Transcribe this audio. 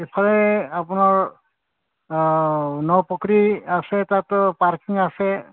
এফালে আপোনাৰ নপুখুৰী আছে তাতো পাৰ্কিং আছে